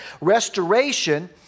Restoration